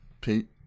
pete